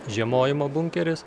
žiemojimo bunkeris